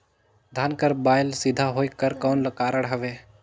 धान कर बायल सीधा होयक कर कौन कारण हवे?